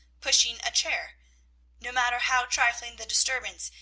pushing a chair no matter how trifling the disturbance,